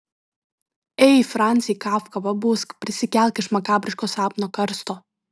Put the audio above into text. ei francai kafka pabusk prisikelk iš makabriško sapno karsto